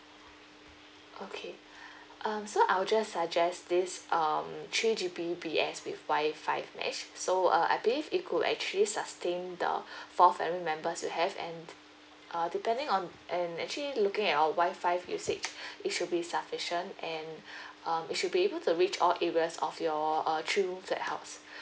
okay um so I will just suggest this um three G_B_P_S with wi-fi mesh so uh I believe it could actually sustain the four family members you have and uh depending on and actually looking at your wi-fi usage it should be sufficient and um it should be able to reach all areas of your uh three rooms flat house